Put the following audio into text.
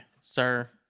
Sir